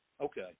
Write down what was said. Okay